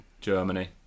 Germany